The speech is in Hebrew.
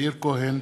מאיר כהן,